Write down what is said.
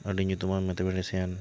ᱟᱹᱰᱤ ᱧᱩᱛᱩᱢᱟ ᱢᱮᱛᱷᱮᱢᱮᱴᱤᱥᱤᱭᱟᱱ